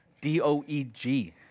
D-O-E-G